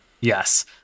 Yes